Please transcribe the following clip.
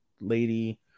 lady